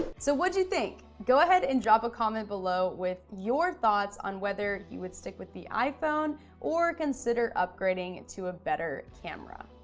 so what'd you think? go ahead and drop a comment below with your thoughts on whether you would stick with the iphone or consider upgrading to a better camera.